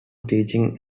teaching